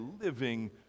living